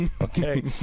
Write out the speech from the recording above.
Okay